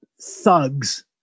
thugs